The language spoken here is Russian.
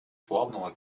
плавного